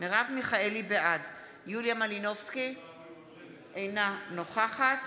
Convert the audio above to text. בעד יוליה מלינובסקי קונין, אינה נוכחת